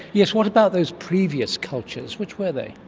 yes, what about those previous cultures? which were they?